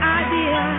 idea